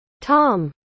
Tom